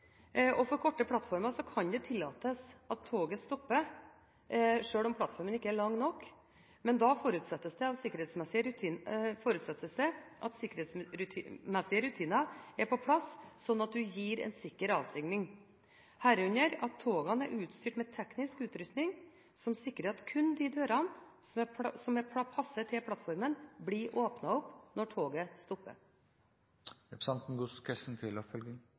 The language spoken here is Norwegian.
og for korte plattformer kan det tillates at toget stopper, sjøl om plattformen ikke er lang nok, men da forutsettes det at sikkerhetsmessige rutiner er på plass, slik at man gir en sikker avstigning, herunder at togene er utstyrt med teknisk utrustning som sikrer at kun de dørene som passer til plattformen, blir åpnet opp når toget